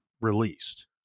released